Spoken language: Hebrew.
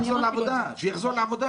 שיחזור לעבודה.